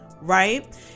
Right